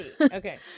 Okay